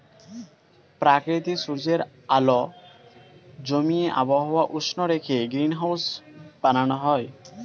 প্রাকৃতিক সূর্যের আলো জমিয়ে আবহাওয়া উষ্ণ রেখে গ্রিনহাউস বানানো হয়